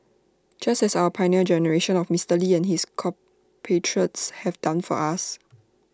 just as our Pioneer Generation of Mister lee and his compatriots have done for us